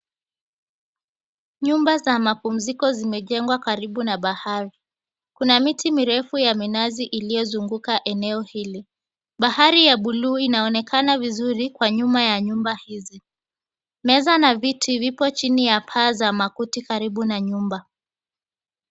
Nyumba za mapumziko zimejengwa karibu na bahari. Kuna miti mirefu ya minazi iliozunguka eneo hili. Bahari ya blue inaonekana vizuri kwa nyuma ya nyumba hizi. Meza na viti viko chini ya paa za makuti karibu na nyumba.